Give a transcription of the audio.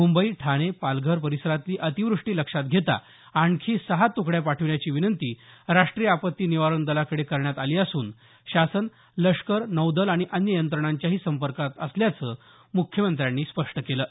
मुंबई ठाणे पालघर परिसरातली अतिवृष्टी लक्षात घेता आणखी सहा तुकड्या पाठविण्याची विनंती राष्ट्रीय आपत्ती निवारण दलाकडे करण्यात आली असून शासन लष्कर नौदल आणि अन्य यंत्रणांच्याही संपर्कात असल्याचं मुख्यमंत्र्यांनी सांगितलं आहे